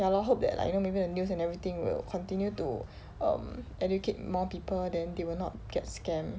ya lor hope that like you know maybe the news and everything will continue to um educate more people then they will not get scammed